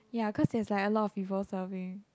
ya cause there's like a lot of people serving